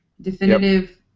Definitive